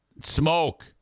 smoke